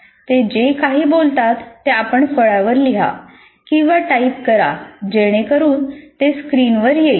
ते जे काही बोलतात ते आपण फळ्यावर लिहा किंवा टाइप करा जेणेकरून ते स्क्रीनवर येईल